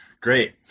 Great